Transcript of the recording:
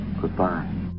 Goodbye